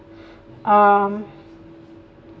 um